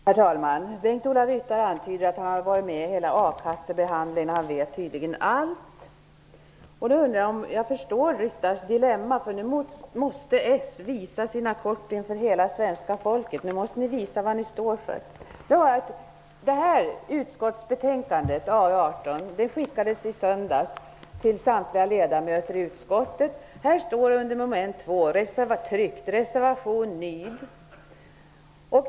Herr talman! Bengt-Ola Ryttar antyder att han har varit med i hela behandlingen av a-kassefrågan och han vet tydligen allt. Jag förstår Bengt-Ola Ryttars dilemma. Nu måste s visa sina kort inför hela svenska folket. Nu måste ni visa vad ni står för. Det här utskottsbetänkandet AU18 skickades i söndags till samtliga ledamöter i utskottet. Här står tryckt under mom. 2 ''reservation ''.